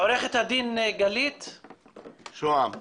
עורכת הדין גלית שוהם,